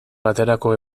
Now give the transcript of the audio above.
baterako